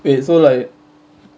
wait so like